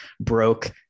broke